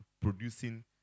producing